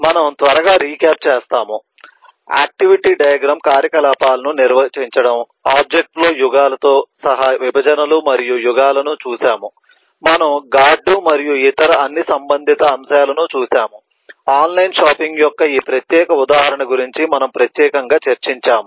మనము త్వరగా రీక్యాప్ చేస్తాము ఆక్టివిటీ డయాగ్రమ్ కార్యకలాపాలను నిర్వచించడం ఆబ్జెక్ట్ ఫ్లో యుగాలతో సహా విభజనలు మరియు యుగాలను చూశాము మనము గార్డ్లు మరియు ఇతర అన్ని సంబంధిత అంశాలను చూశాము ఆన్లైన్ షాపింగ్ యొక్క ఈ ప్రత్యేక ఉదాహరణ గురించి మనము ప్రత్యేకంగా చర్చించాము